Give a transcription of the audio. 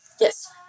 Yes